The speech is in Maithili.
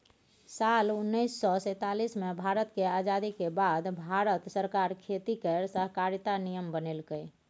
साल उन्नैस सय सैतालीस मे भारत केर आजादी केर बाद भारत सरकार खेती केर सहकारिता नियम बनेलकै